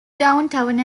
downtown